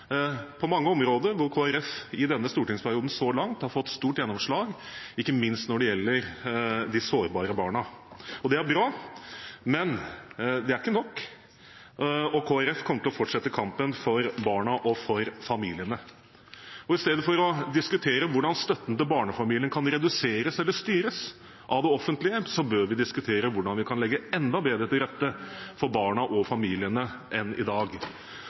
på mange områder hvor Kristelig Folkeparti i denne stortingsperioden så langt har fått stort gjennomslag, ikke minst når det gjelder de sårbare barna. Det er bra, men det er ikke nok. Kristelig Folkeparti kommer til å fortsette kampen for barna og for familiene, og istedenfor å diskutere hvordan støtten til barnefamiliene kan reduseres eller styres av det offentlige, bør vi diskutere hvordan vi kan legge enda bedre til rette for barna og familiene enn i dag.